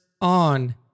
on